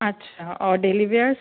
اچھا اور daily wears